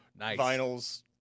vinyls